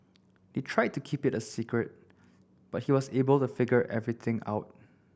they tried to keep it a secret but he was able to figure everything out